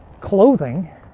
clothing